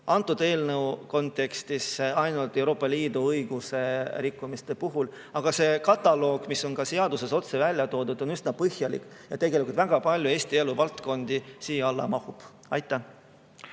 antud eelnõu kontekstis on jutt ainult Euroopa Liidu õiguse rikkumisest, samas see loetelu, mis on ka seaduses otse välja toodud, on üsna põhjalik ja tegelikult väga palju Eesti elu valdkondi sinna alla mahub.